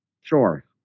Sure